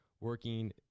working